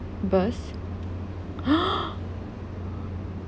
burst !huh!